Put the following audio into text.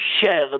share